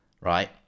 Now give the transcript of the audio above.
right